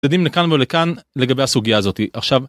יודעים לכאן ולכאן לגבי הסוגיה הזאתי. עכשיו